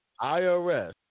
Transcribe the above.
IRS